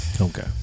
Okay